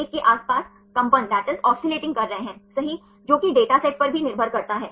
इसलिए ग्लिसिन अक्सर टाइप 2 में होता है